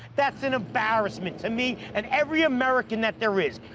that's an embarrassment to me and every american that there is!